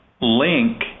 link